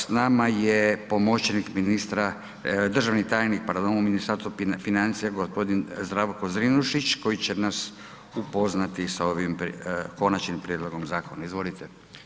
S nama je pomoćnik ministra, državni tajnik, pardon, u Ministarstvu financija, g. Zdravko Zrinušić, koji će nas upoznati sa ovim Konačnim prijedlogom zakona, izvolite.